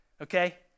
okay